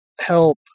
help